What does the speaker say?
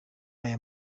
aya